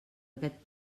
aquest